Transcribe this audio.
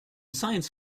science